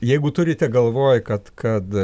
jeigu turite galvoje kad kad